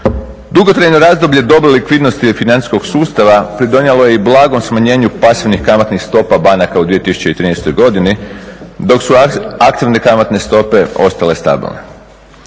Dugotrajno razdoblje … likvidnosti financijskog sustava pridonijelo je i blagom smanjenju pasivnih kamatnih stopa banaka u 2013.godini dok su aktivne kamatne stope ostale stabilne.